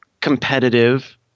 competitive